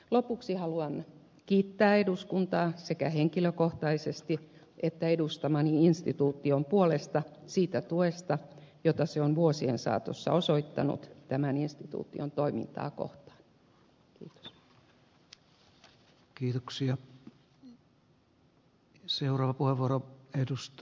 lopuksi haluan kiittää eduskuntaa sekä henkilökohtaisesti että edustamani instituution puolesta siitä tuesta jota eduskunta on vuosien saatossa osoittanut tämän instituution toimintaa kohtaan